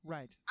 Right